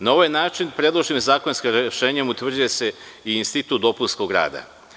Na ovaj način predloženim zakonskim rešenjem utvrđuje se i institut dopunskog rada.